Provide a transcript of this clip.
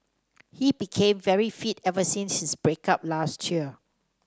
he became very fit ever since his break up last year